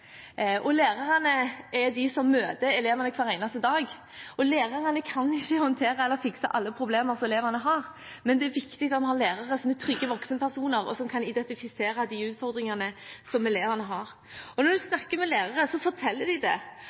og lærerne er de som møter elevene hver eneste dag. Lærerne kan ikke håndtere eller fikse alle problemer som elevene har, men det er viktig at vi har lærere som er trygge voksenpersoner, og som kan identifisere de utfordringene elevene har. Når en snakker med lærere, forteller de